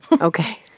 Okay